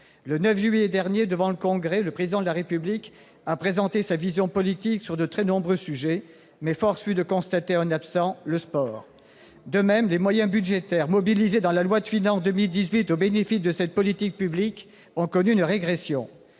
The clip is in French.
Le 9 juillet dernier, devant le Congrès, le Président de la République a présenté sa vision politique sur de très nombreux sujets. Force fut de constater un absent : le sport. De même, les moyens budgétaires mobilisés dans la loi de finances pour 2018 au bénéfice de cette politique publique ont connu une régression.